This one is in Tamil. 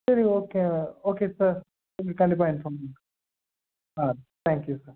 சரி ஓகே ஓகே சார் உங்களுக்கு கண்டிப்பாக இன்ஃபார்ம் பண்ணுறேன் ஆ தேங்க் யூ சார்